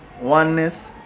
Oneness